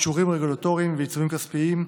(אישורים רגולטוריים ועיצומים כספיים),